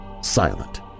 Silent